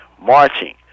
marching